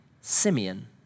Simeon